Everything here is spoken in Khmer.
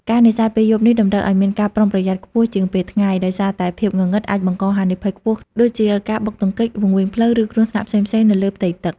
ការនេសាទពេលយប់នេះតម្រូវឲ្យមានការប្រុងប្រយ័ត្នខ្ពស់ជាងពេលថ្ងៃ ដោយសារតែភាពងងឹតអាចបង្កហានិភ័យខ្ពស់ដូចជាការបុកទង្គិច វង្វេងផ្លូវ ឬគ្រោះថ្នាក់ផ្សេងៗនៅលើផ្ទៃទឹក។